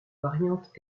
variantes